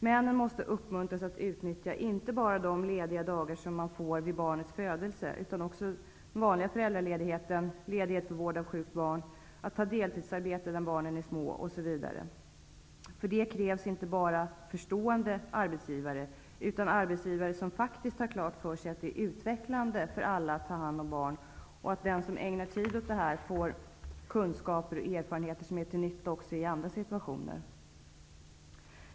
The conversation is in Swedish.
Männen måste uppmuntras att utnyttja inte bara de lediga dagar som man får vid barnets födelse, utan också den vanliga föräldraledigheten, ledighet för vård av sjukt barn, deltidsarbete när barnen är små osv. För det krävs inte bara ''förstående'' arbetsgivare, utan arbetsgivare som faktiskt har klart för sig att det är utvecklande för alla att ta hand om barn och att den som ägnar tid åt detta får kunskaper och erfarenheter som är till nytta också i andra situationer.